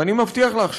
ואני מבטיח לך שאנחנו,